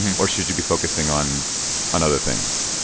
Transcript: or should you be focusing on on other things?